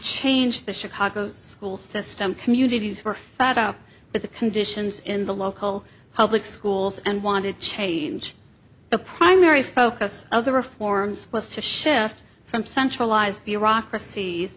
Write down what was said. change the chicago school system communities for with the conditions in the local public schools and wanted change the primary focus of the reforms was to shift from centralized bureaucracies